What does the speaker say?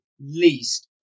least